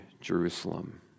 Jerusalem